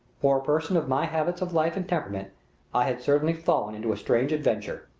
for a person of my habits of life and temperament i had certainly fallen into a strange adventure.